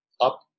up